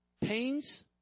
pains